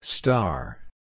Star